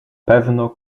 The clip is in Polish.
pewno